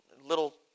little